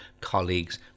colleagues